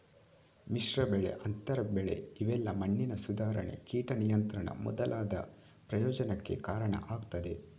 ಮಿಶ್ರ ಬೆಳೆ, ಅಂತರ ಬೆಳೆ ಇವೆಲ್ಲಾ ಮಣ್ಣಿನ ಸುಧಾರಣೆ, ಕೀಟ ನಿಯಂತ್ರಣ ಮೊದಲಾದ ಪ್ರಯೋಜನಕ್ಕೆ ಕಾರಣ ಆಗ್ತದೆ